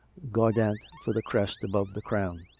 guar dant, for the crest above the crown.